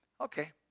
Okay